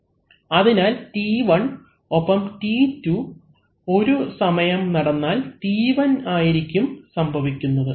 അവലംബിക്കുന്ന സ്ലൈഡ് സമയം 1011 അതിനാൽ T1 ഒപ്പം T2 ഒരു സമയം നടന്നാൽ T1 ആയിരിക്കും സംഭവിക്കുന്നത്